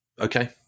Okay